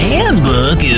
Handbook